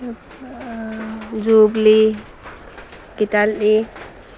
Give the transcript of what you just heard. Jubilee Gitali